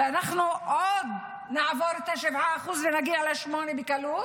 ואנחנו עוד נעבור את ה-7% ונגיע ל-8% בקלות,